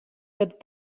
get